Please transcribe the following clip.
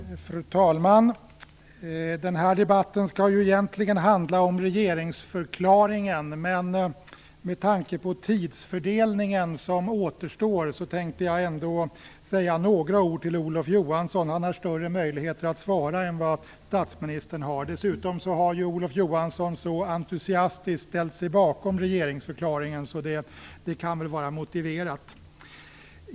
Fru talman! Den här debatten skall ju egentligen handla om regeringsförklaringen, men med tanke på fördelningen av den tid som återstår tänkte jag ändå säga några ord till Olof Johansson. Han har större möjligheter att svara än vad statsministern har. Dessutom har ju Olof Johansson så entusiastiskt ställt sig bakom regeringsförklaringen att det väl kan vara motiverat.